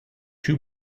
too